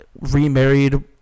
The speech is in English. remarried